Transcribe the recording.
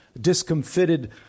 discomfited